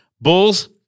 Bulls